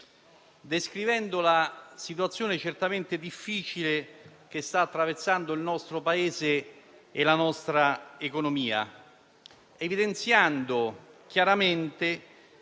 descrivendo la situazione certamente difficile che stanno attraversando il nostro Paese e la nostra economia ed evidenziando chiaramente